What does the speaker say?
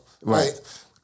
Right